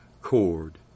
cord